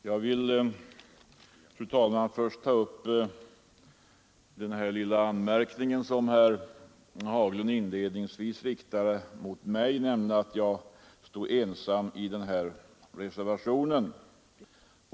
Fru talman! Jag vill först ta upp den lilla anmärkningen som herr Haglund inledningsvis riktade mot mig, att jag är ensam om reservationen.